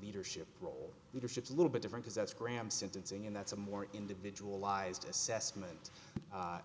leadership role leadership's a little bit different as that's graham sentencing and that's a more individualized assessment